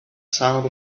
sound